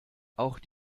auch